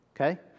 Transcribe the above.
Okay